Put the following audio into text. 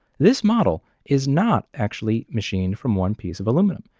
this model is not actually machined from one piece of aluminum!